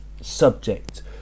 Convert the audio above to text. subject